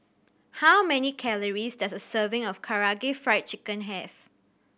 how many calories does a serving of Karaage Fried Chicken have